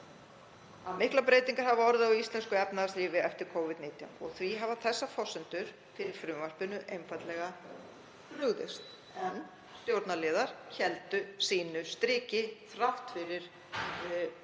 að miklar breytingar hafa orðið á íslensku efnahagslífi eftir Covid-19 og því hafa þessar forsendur fyrir frumvarpinu einfaldlega brugðist. En stjórnarliðar héldu sínu striki þrátt fyrir að